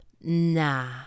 nah